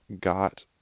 got